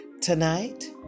Tonight